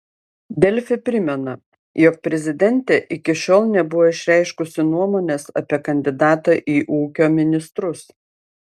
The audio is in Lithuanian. delfi primena jog prezidentė iki šiol nebuvo išreiškusi nuomonės apie kandidatą į ūkio ministrus